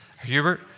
Hubert